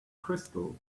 crystal